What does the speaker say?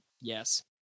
yes